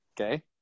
Okay